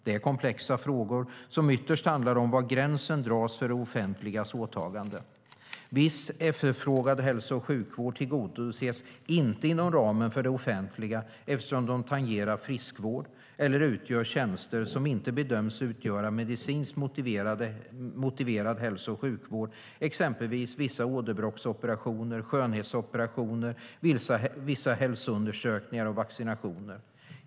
Det är komplexa frågor som ytterst handlar om var gränsen dras för det offentligas åtagande. Vissa efterfrågade typer av hälso och sjukvård tillgodoses inte inom ramen för det offentliga eftersom de tangerar friskvård eller utgör tjänster som inte bedöms utgöra medicinskt motiverad hälso och sjukvård, exempelvis vissa åderbråcksoperationer, skönhetsoperationer, vissa hälsoundersökningar och vaccinationer.